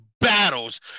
battles